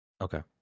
Okay